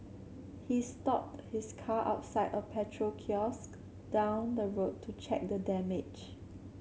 he stopped his car outside a petrol kiosk down the road to check the damage